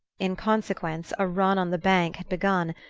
in consequence, a run on the bank had begun,